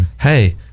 hey